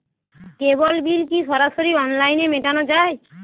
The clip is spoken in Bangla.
কেবল বিল কি সরাসরি অনলাইনে মেটানো য়ায়?